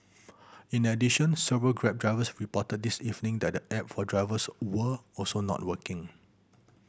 in addition several Grab drivers reported this evening that the app for drivers were also not working